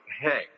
Hey